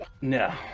No